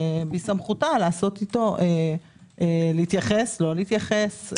ובסמכותה להתייחס או לא להתייחס.